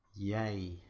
Yay